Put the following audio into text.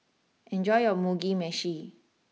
enjoy your Mugi Meshi